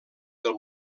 del